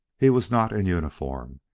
he was not in uniform.